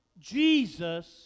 Jesus